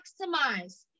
maximize